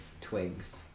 Twigs